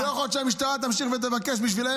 לא יכול להיות שהמשטרה תמשיך ותבקש בשבילם